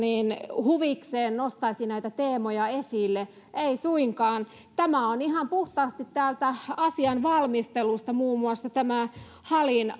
huvikseen nostaisi näitä teemoja esille ei suinkaan tämä on ihan puhtaasti täältä asian valmistelusta muun muassa tämä halin